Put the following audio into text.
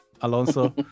Alonso